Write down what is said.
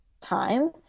time